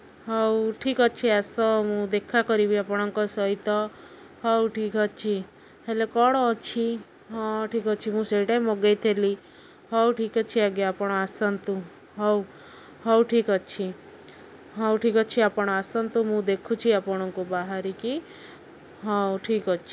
ହଉ ଠିକ୍ ଅଛି ଆସ ମୁଁ ଦେଖା କରିବି ଆପଣଙ୍କ ସହିତ ହଉ ଠିକ୍ ଅଛି ହେଲେ କ'ଣ ଅଛି ହଁ ଠିକ୍ ଅଛି ମୁଁ ସେଇଟା ମଗେଇଥିଲି ହଉ ଠିକ୍ ଅଛି ଆଜ୍ଞା ଆପଣ ଆସନ୍ତୁ ହଉ ହଉ ଠିକ୍ ଅଛି ହଉ ଠିକ୍ ଅଛି ଆପଣ ଆସନ୍ତୁ ମୁଁ ଦେଖୁଛି ଆପଣଙ୍କୁ ବାହାରିକି ହଉ ଠିକ୍ ଅଛି